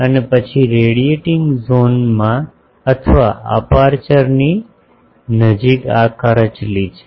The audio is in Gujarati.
અને પછી રેડિએટિંગ ઝોનમાં અથવા અપેર્ચર ની નજીક આ કરચલી છે